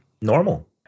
Normal